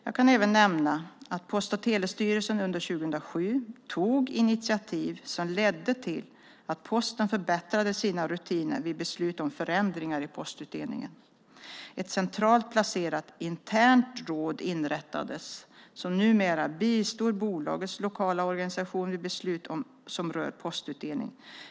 Jag kan även nämna att Post och telestyrelsen under 2007 tog initiativ som ledde till att Posten förbättrade sina rutiner vid beslut om förändringar i postutdelningen. Ett centralt placerat, internt råd inrättades som numera bistår bolagets lokala organisation vid beslut som rör postutdelning.